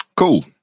Cool